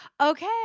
okay